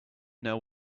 know